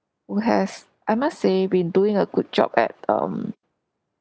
who has I must say been doing a good job at um